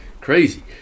Crazy